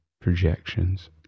projections